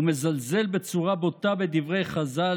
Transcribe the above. ומזלזל בצורה בוטה בדברי חז"ל,